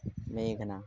मेघना